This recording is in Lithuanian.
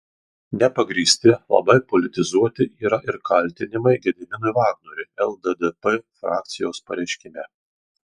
nepagrįsti labai politizuoti yra ir kaltinimai gediminui vagnoriui lddp frakcijos pareiškime